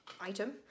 item